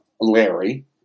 Larry